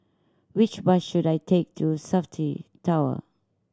which bus should I take to Safti Tower